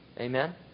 Amen